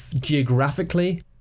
geographically